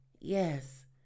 yes